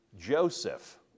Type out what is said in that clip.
Joseph